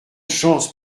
chance